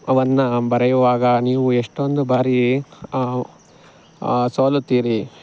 ವನ್ನು ಬರೆಯುವಾಗ ನೀವು ಎಷ್ಟೊಂದು ಬಾರಿ ಸೋಲುತ್ತೀರಿ